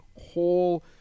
whole